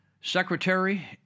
secretary